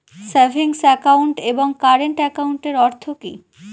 Savings account এবং current একাউন্টের অর্থ কি?